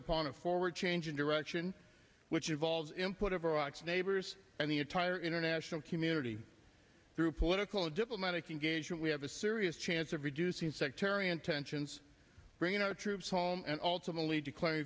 upon a forward changing direction which involves input of iraq's neighbors and the entire international community through political and diplomatic engagement we have a serious chance of reducing sectarian tensions bringing our troops home and ultimately declar